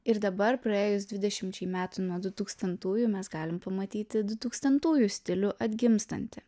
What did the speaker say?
ir dabar praėjus dvidešimčiai metų nuo dutūkstantųjų mes galim pamatyti dutūkstantųjų stilių atgimstantį